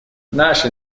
наши